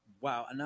Wow